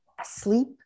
asleep